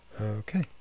Okay